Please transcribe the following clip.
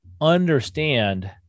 understand